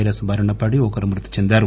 virus బారిన పడి ఒకరు మృతి చెందారు